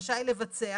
רשאי לבצע,